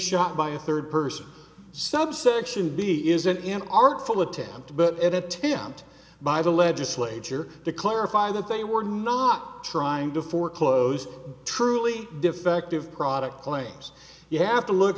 shot by a third person subsection b isn't an artful attempt but at attempt by the legislature to clarify that they were not trying to foreclose truly defective product claims you have to look